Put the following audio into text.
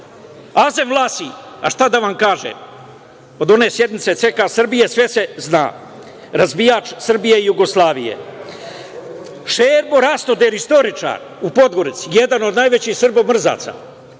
Azem Vlasi. Šta da vam kažem? Od one sednice CK Srbije sve se zna. Razbijač Srbije i Jugoslavije. Šebo Rastoder, istoričar u Podgorici, jedan od najvećih srbomrzaca